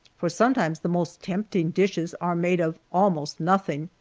for sometimes the most tempting dishes are made of almost nothing.